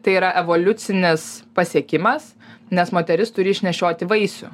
tai yra evoliucinis pasiekimas nes moteris turi išnešioti vaisių